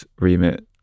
remit